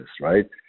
right